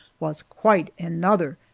was quite another.